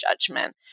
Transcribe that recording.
judgment